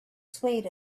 swayed